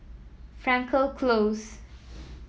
Frankel Close